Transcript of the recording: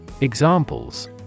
Examples